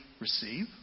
receive